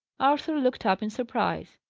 arthur looked up in surprise.